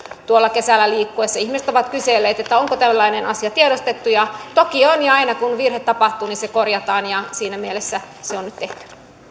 kesällä liikkuessa ihmiset ovat kyselleet että onko tällainen asia tiedostettu ja toki on ja aina kun virhe tapahtuu niin se korjataan ja siinä mielessä se on nyt tehty